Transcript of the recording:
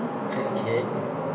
okay